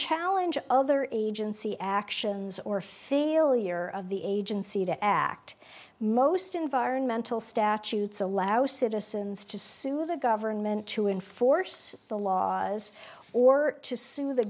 challenge other agency actions or failure of the agency to act most environmental statutes allow citizens to sue the government to enforce the laws or to sue the